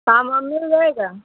काम वाम मिल जाएगा